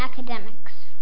academics